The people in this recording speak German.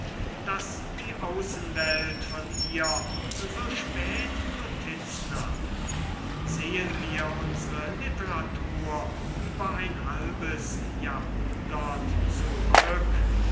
daß die außenwelt von ihr so spät notiz nahm sehen wir unsre literatur über ein halbes jahrhundert zurück